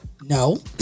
no